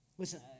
Listen